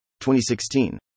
2016